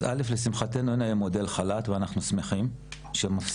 אז דבר ראשון לשמחתנו אין היום מודל חל"ת ואנחנו שמחים על כך.